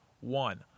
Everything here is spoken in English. One